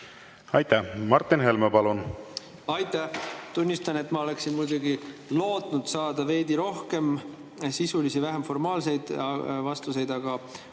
Aitäh! Martin Helme, palun! Aitäh! Tunnistan, et ma muidugi lootsin saada veidi rohkem sisulisi ja vähem formaalseid vastuseid, aga